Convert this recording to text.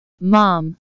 mom